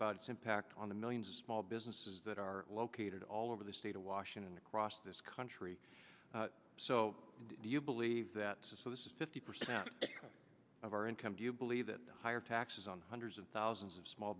about its impact on the millions of small businesses that are located all over the state of washington across this country so do you believe that this is fifty percent of our income do you believe that higher taxes on hundreds of thousands of small